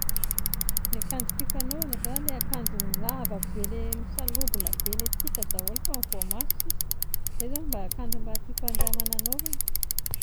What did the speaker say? Ny akanjo tiako hanaovana izany ilay akanjo lava be ilay misalobona be, ilay tsy hita daholo fa ny voamaso sisa, izay izao no mba akanjo mba tiako mba handramana hanaovana